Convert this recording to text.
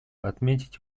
отметить